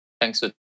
Thanks